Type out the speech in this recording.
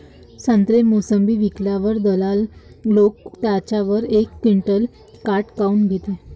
संत्रे, मोसंबी विकल्यावर दलाल लोकं त्याच्यावर एक क्विंटल काट काऊन घेते?